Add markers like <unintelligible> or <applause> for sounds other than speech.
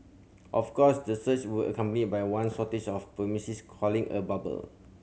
of course the surge were accompanied by one shortage of <unintelligible> calling a bubble